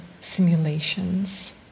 simulations